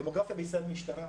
הדמוגרפיה בישראל משתנה.